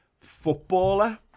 footballer